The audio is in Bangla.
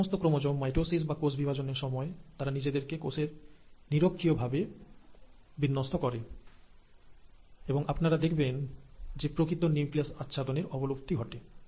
এই সমস্ত ক্রোমোজোম মাইটোসিস বা কোষ বিভাজনের সময় তারা নিজেদেরকে কোষের ইকুয়েটোরিয়াল প্লেটে বিন্যস্ত করে এবং আপনারা দেখবেন যে প্রকৃত নিউক্লিয়াস আচ্ছাদনের অবলুপ্তি ঘটে